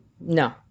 No